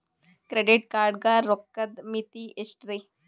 Credit card ಗ ರೋಕ್ಕದ್ ಮಿತಿ ಎಷ್ಟ್ರಿ?